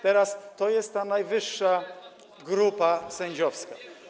Teraz to jest ta najwyższa grupa sędziowska.